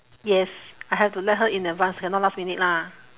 yes I have to let her in advance cannot last minute lah